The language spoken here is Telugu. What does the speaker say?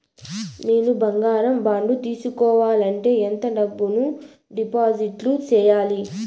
నేను బంగారం బాండు తీసుకోవాలంటే ఎంత డబ్బును డిపాజిట్లు సేయాలి?